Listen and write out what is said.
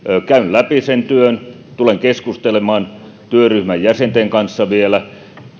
käyn läpi sen työn tulen keskustelemaan työryhmän jäsenten kanssa vielä